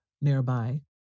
nearby